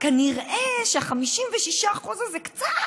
כנראה שה-56% הם קצת,